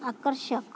आकर्षक